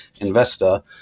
investor